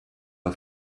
auf